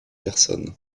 personnes